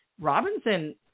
Robinson